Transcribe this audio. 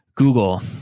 Google